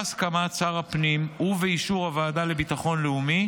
בהסכמת שר הפנים ובאישור הוועדה לביטחון לאומי,